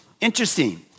interesting